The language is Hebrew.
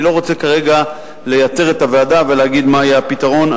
אני לא רוצה כרגע לייתר את הוועדה ולהגיד מה יהיה הפתרון.